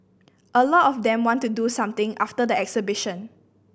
a lot of them want to do something after the exhibition